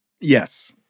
Yes